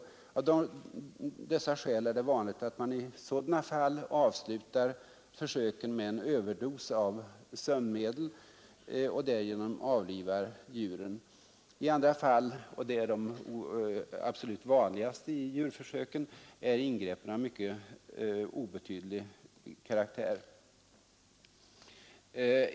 Av dessa skäl är det vanligt att man i sådana fall avslutar försöken med en överdos av sömnmedel och därigenom avlivar djuren. I andra fall — och det är de absolut vanligaste djurförsöken — är ingreppen av mycket obetydlig art.